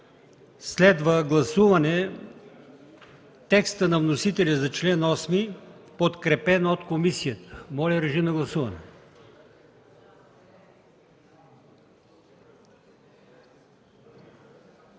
Следва гласуване на текста на вносителя за чл. 8, подкрепен от комисията. Моля, режим на гласуване.